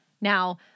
Now